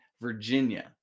Virginia